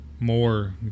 more